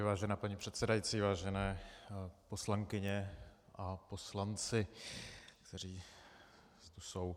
Vážená paní předsedající, vážené poslankyně a poslanci, kteří tu jsou.